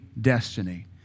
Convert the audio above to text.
destiny